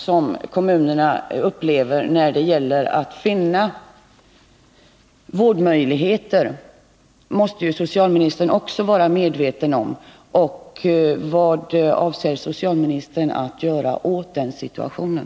Socialministern måste vara medveten om kommunernas svårigheter att finna vårdmöjligheter. Vad avser socialministern att göra åt situationen?